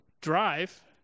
drive